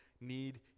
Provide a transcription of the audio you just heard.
need